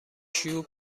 شیوع